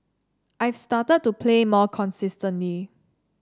I've started to play more consistently